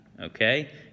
okay